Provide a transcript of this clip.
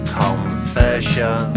confession